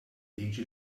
liġi